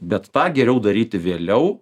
bet tą geriau daryti vėliau